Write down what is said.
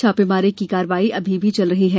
छापेमारी की कार्रवाई अभी चल रही है